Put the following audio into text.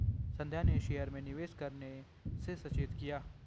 संध्या ने शेयर में निवेश करने से सचेत किया